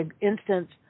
instance